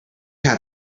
had